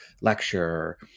lecture